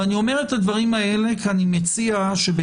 ואני אומר את הדברים האלה כי אני מציע שבצד